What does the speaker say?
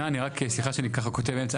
שנייה, סליחה שאני ככה קוטע באמצע.